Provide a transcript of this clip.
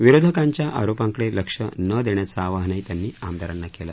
विरोधकांच्या आरोपांकडे लक्ष न देण्याचं आवाहनही त्यांनी आमदारांना केलं